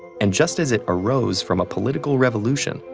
and just as it arose from a political revolution,